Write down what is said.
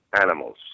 animals